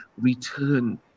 return